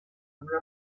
una